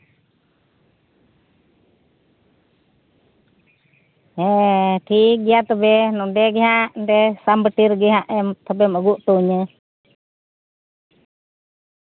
ᱦᱮᱸ ᱴᱷᱤᱠᱜᱮᱭᱟ ᱛᱚᱵᱮ ᱱᱚᱸᱰᱮ ᱜᱮ ᱱᱟᱦᱟᱜ ᱛᱚᱵᱮ ᱥᱟᱢᱵᱟᱴᱤ ᱨᱮᱜᱮ ᱛᱚᱵᱮᱢ ᱟᱹᱜᱩ ᱦᱚᱴᱚᱣᱟᱹᱧᱟᱹ